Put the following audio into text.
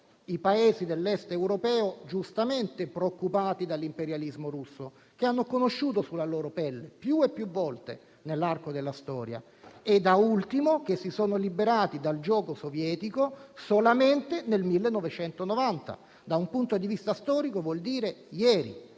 Paesi dell'Est europeo, giustamente preoccupati dall'imperialismo russo, che hanno conosciuto sulla loro pelle più e più volte nell'arco della storia e, da ultimo, si sono liberati dal giogo sovietico solamente nel 1990. Da un punto di vista storico, vuol dire ieri.